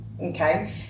Okay